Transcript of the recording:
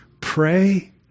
Pray